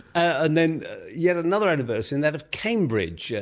and then yet another anniversary and that of cambridge, yeah